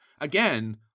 again